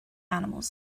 animals